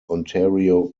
ontario